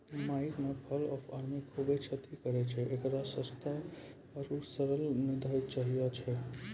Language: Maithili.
मकई मे फॉल ऑफ आर्मी खूबे क्षति करेय छैय, इकरो सस्ता आरु सरल निदान चाहियो छैय?